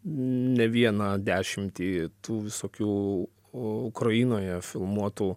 ne vieną dešimtį tų visokių ukrainoje filmuotų